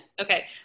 Okay